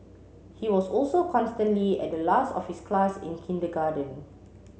he was also constantly at the last of his class in kindergarten